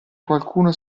qualcuno